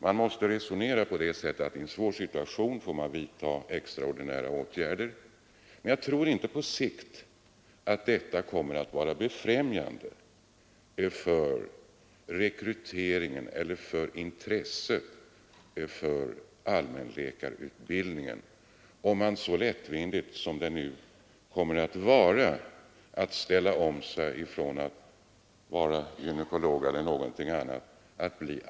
Man måste ha sagt sig att man i en svår situation får lov att vidta extraordinära åtgärder. Men det faktum att man nu gör det möjligt att så lättvindigt ställa om sig från att vara t.ex. gynekolog till att bli allmänläkare tror jag inte på sikt kommer att befrämja rekryteringen till eller intresset för allmänläkarutbildning.